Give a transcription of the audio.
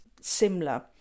similar